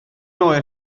oer